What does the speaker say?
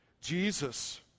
Jesus